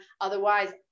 Otherwise